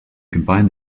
combined